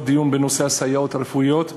דיון בנושא הסייעות הרפואיות בבתי-הספר,